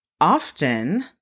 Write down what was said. often